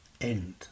end